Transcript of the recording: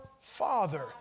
Father